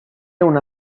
una